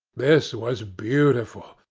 this was beautiful!